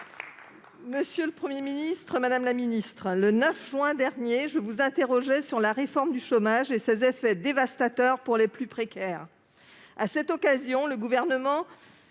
Monsieur le Premier ministre, madame la ministre du travail, le 9 juin dernier, je vous interrogeais sur la réforme du chômage et ses effets dévastateurs pour les plus précaires. À cette occasion, le Gouvernement